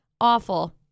awful